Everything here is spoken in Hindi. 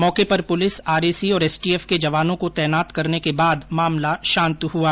मौके पर पुलिस आरएसी और एसटीएफ के जवानों को तैनात करने के बाद मामला शांत हुआ